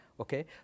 Okay